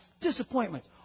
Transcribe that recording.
disappointments